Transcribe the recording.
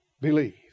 Believe